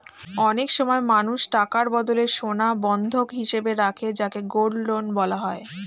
অনেক সময় মানুষ টাকার বদলে সোনা বন্ধক হিসেবে রাখে যাকে গোল্ড লোন বলা হয়